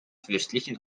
fürstlichen